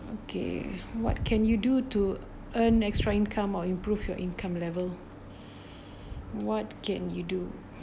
okay what can you do to earn extra income or improve your income level what can you do